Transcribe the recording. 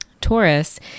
Taurus